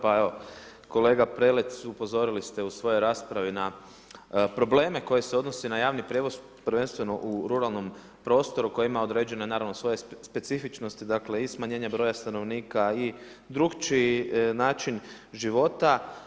Pa evo, kolega Prelec, upozorili ste u svojoj raspravi na probleme koje se odnosi na javni prijevoz, prvenstveno u ruralnom prostoru koji ima određeno naravno svoje specifičnosti, dakle i smanjenje broja stanovnika i drugačiji način života.